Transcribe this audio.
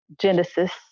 genesis